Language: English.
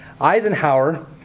Eisenhower